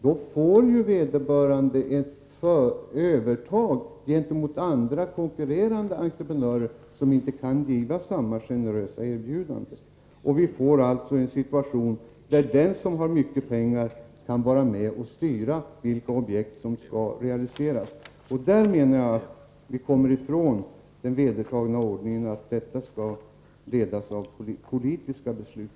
Denne får ett övertag gentemot konkurrerande entreprenörer som inte kan ge samma generösa erbjudande. Vi får en situation där den som har mycket pengar kan vara med och styra vilka objekt som skall realiseras. Jag menar att vi då kommer ifrån den vedertagna ordningen att detta skall ledas av politiska beslut.